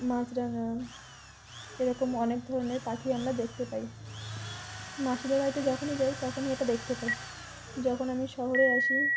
মাছরাাঙা এরকম অনেক ধরনের পাখি আমরা দেখতে পাই মাসিদের বাড়িতে যখনই যাই তখনই এটা দেখতে পাই যখন আমি শহরে আসি